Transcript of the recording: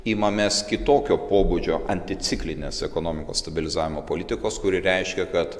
imamės kitokio pobūdžio anticiklinės ekonomikos stabilizavimo politikos kuri reiškia kad